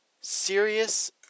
serious